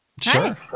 Sure